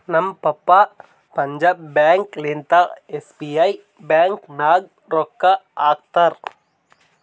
ನಮ್ papa Punjab bank ಲಿಂತಾ SBI bank ನಾಗ್ ರೊಕ್ಕಾ ಹಾಕ್ತಾರ್